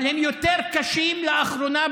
אבל הם יותר קשים לאחרונה,